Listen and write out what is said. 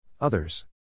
Others